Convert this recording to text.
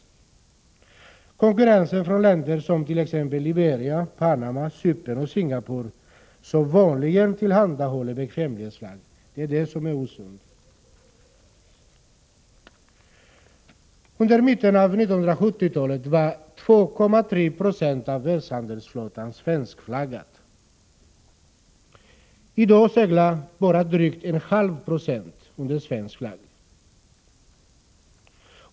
Det är konkurrensen från länder som Liberia, Panama, Cypern och Singapore, som vanligen tillhandahåller bekvämlighetsflagg, som är osund. Under mitten av 1970-talet var 2,3 96 av världshandelsflottan svenskflaggad. I dag seglar bara drygt 0,5 96 under svensk flagg.